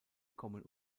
kommen